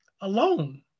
alone